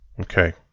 Okay